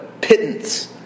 pittance